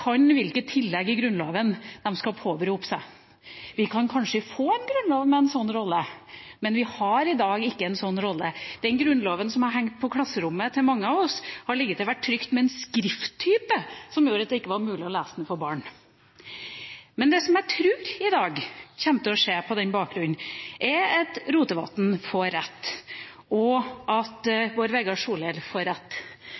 kan hvilket tillegg i grunnloven de skal påberope seg. Vi kan kanskje få en grunnlov med en sånn rolle, men den har i dag ikke en sånn rolle. Den Grunnloven som hang i klasserommene til mange av oss, var til og med trykt med en skrifttype som gjorde at det ikke var mulig å lese den for barn. Det jeg tror kommer til å skje i dag, er at Sveinung Rotevatn og Bård Vegar Solhjell får rett: